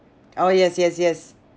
oh yes yes yes